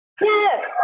Yes